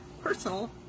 personal